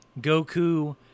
Goku